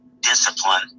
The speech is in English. discipline